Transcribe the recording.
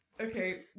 okay